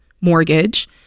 mortgage